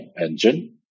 engine